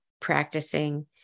practicing